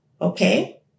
Okay